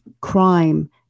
crime